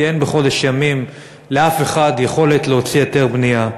כי בחודש ימים אין לאף אחד יכולת להוציא היתר בנייה.